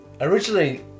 Originally